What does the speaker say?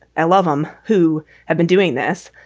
i love them who have been doing this,